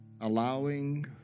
allowing